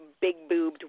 big-boobed